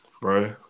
Bro